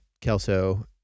Kelso